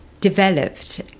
developed